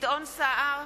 גדעון סער,